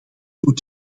toe